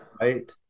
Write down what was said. Right